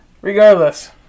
Regardless